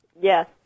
Yes